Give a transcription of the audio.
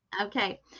Okay